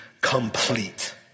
complete